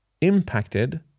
impacted